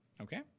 Okay